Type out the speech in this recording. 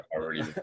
already –